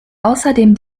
außerdem